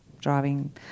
driving